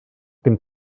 dem